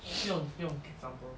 不用不用 example